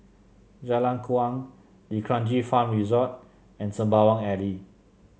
Jalan Kuang D'Kranji Farm Resort and Sembawang Alley